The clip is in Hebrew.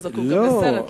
שהוא זקוק גם לסרט.